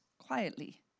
quietly